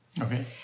Okay